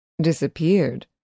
Disappeared